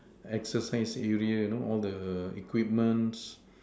exercise area you know all the equipments